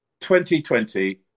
2020